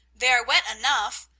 they are wet enough!